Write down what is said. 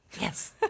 Yes